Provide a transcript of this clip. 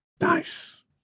Nice